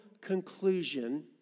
conclusion